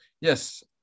Yes